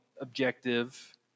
objective